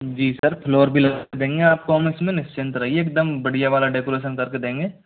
जी sir floor भी लगा देंगे आपको हम इसमें निश्चिंत रहिए एकदम बढ़िया वाला डेकोरेशन करके देंगे